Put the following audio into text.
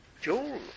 Joel